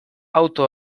auto